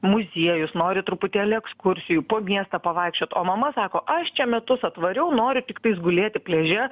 muziejus nori truputėlį ekskursijų po miestą pavaikščiot o mama sako aš čia metus atvariau nori tiktais gulėti pliaže